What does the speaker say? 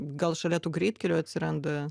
gal šalia tų greitkelių atsiranda